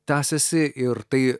tęsiasi ir tai